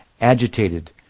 agitated